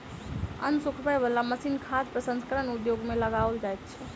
अन्न सुखबय बला मशीन खाद्य प्रसंस्करण उद्योग मे लगाओल जाइत छै